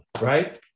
right